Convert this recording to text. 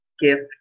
gift